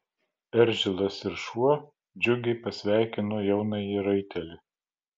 eržilas ir šuo džiugiai pasveikino jaunąjį raitelį